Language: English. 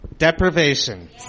Deprivation